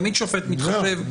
תמיד שופט מתחשב.